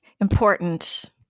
important